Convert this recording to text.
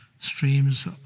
streams